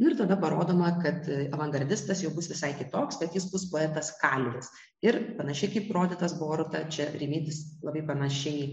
nu ir tada parodoma kad avangardistas jau bus visai kitoks tad jis bus poetas kalvis ir panašiai kaip rodytas boruta čia rimydis labai panašiai